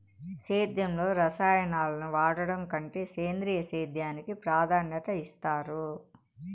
సేద్యంలో రసాయనాలను వాడడం కంటే సేంద్రియ సేద్యానికి ప్రాధాన్యత ఇస్తారు